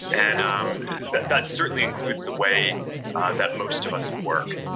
and um that that certainly includes the way that most of us work.